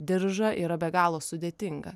diržą yra be galo sudėtinga